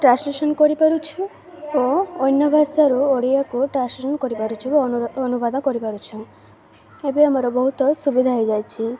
translation କରିପାରୁଛୁ ଓ ଅନ୍ୟ ଭାଷାରୁ ଓଡ଼ିଆକୁ ଟ୍ରାନ୍ସଲେସନ୍ କରିପାରୁଛୁ ଅନୁବାଦ କରିପାରୁଛୁ ଏବେ ଆମର ବହୁତ ସୁବିଧା ହେଇଯାଇଛି